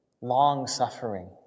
long-suffering